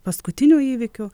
paskutinių įvykių